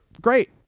Great